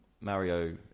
Mario